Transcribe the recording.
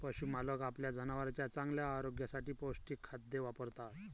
पशुपालक आपल्या जनावरांच्या चांगल्या आरोग्यासाठी पौष्टिक खाद्य वापरतात